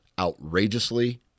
outrageously